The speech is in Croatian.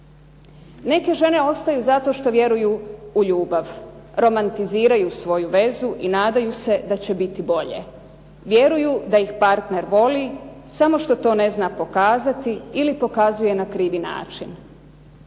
Neke žene ostaju zato što vjeruju u ljubav, romantiziraju svoju vezu i nadaju se da će biti bolje. Vjeruju da ih partner voli, samo što to ne zna pokazati ili pokazuje na krivi način.